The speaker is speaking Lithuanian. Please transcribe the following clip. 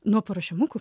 nuo paruošiamukų